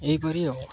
ଏହିପରି ଆଉ